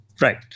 Right